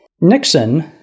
Nixon